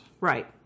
Right